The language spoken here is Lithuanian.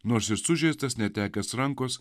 nors jis sužeistas netekęs rankos